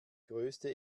größte